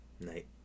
Night